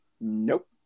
Nope